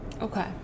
Okay